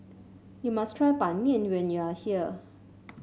you must try Ban Mian when you are here